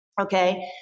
okay